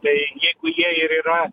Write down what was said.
tai jeigu jie ir yra